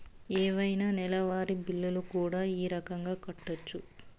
ఏవైనా నెలవారి బిల్లులు కూడా ఈ రకంగా కట్టొచ్చు